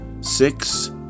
six